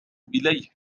إليه